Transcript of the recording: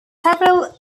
several